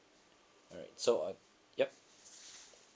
alright so uh yup